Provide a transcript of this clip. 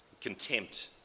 Contempt